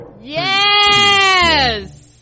yes